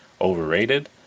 overrated